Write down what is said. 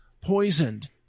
poisoned